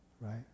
right